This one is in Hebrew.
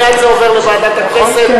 מייד זה עובר לוועדת הכנסת,